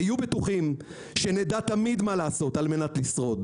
היו בטוחים שנדע תמיד מה לעשות על-מנת לשרוד.